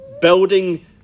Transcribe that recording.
building